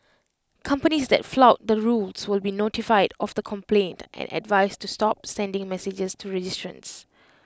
companies that flout the rules will be notified of the complaint and advised to stop sending messages to registrants